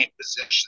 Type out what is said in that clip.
position